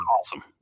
awesome